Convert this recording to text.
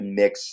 mix